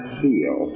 feel